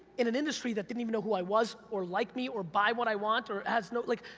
in an industry that didn't even know who i was, or liked me or buy what i want or has no. like,